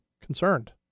concerned